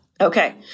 Okay